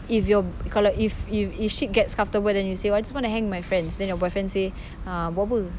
if your correct if if if shit gets comfortable then you say I just want to hang with my friends then your boyfriend say ah buat apa